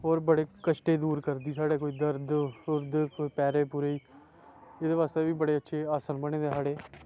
होर बड़े कश्ट दूर करदी साढ़े कोई दर्द एह्दे आस्तै बी साढ़े बड़े अच्छे आसन बने दे